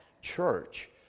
church